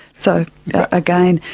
so again,